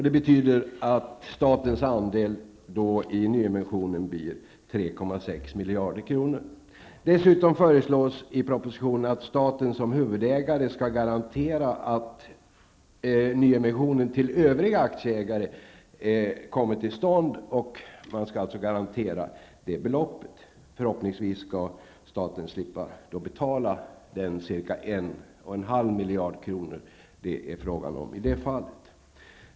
Det betyder att statens andel i nyemissionen blir 3,6 Dessutom föreslås i propositionen att staten som huvudägare skall garantera att nyemissionen till övriga aktieägare kommer till stånd. Man skall alltså garantera det beloppet. Förhoppningsvis skall staten slippa att betala de ca 1,5 miljarder kronor det är fråga om i det fallet.